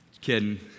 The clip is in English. Kidding